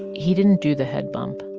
he didn't do the head bump.